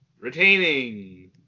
retaining